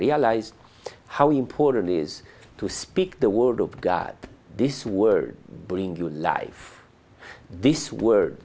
realized how important is to speak the word of god this word bring new life this word